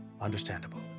Understandable